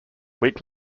week